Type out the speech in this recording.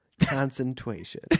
concentration